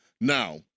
Now